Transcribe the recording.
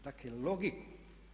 Dakle logiku.